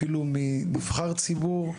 אפילו מנבחר ציבור,